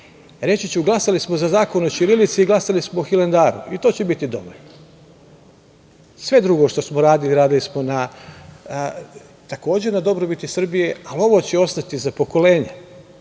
da smo glasali za Zakon o ćirilici i glasali smo o Hilandaru i t o će biti dovoljno. Sve drugo što smo radili, radili smo takođe na dobrobiti Srbije, ali ovo će ostati za pokolenja